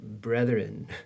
brethren